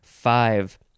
five